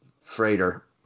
freighter